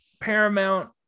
Paramount